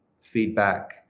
feedback